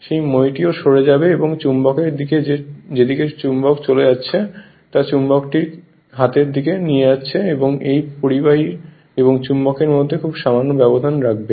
সেই মইটিও সরে যাবে এবং চুম্বকের দিকে যে দিকে চুম্বক চলে যাচ্ছে তা চুম্বকটিকে হাতের দিকে নিয়ে যাচ্ছে এবং এই পরিবাহী এবং চুম্বকের মধ্যে খুব সামান্য ব্যবধান রাখবে